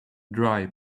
dry